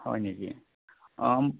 হয় নেকি